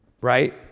right